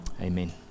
amen